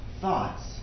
thoughts